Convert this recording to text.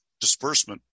disbursement